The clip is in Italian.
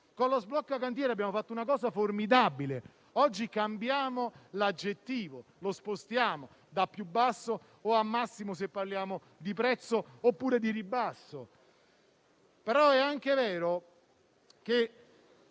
sblocca cantieri abbiamo fatto qualcosa di formidabile. Oggi cambiamo l'aggettivo, lo spostiamo da più basso o, al massimo, se parliamo di prezzo oppure di ribasso. È però anche vero che